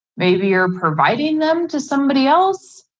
maybe you're providing them to somebody else.